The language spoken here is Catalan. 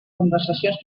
conversacions